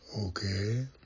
Okay